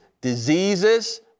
diseases